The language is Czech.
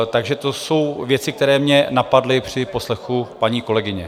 Takže to jsou věci, které mě napadly při poslechu paní kolegyně.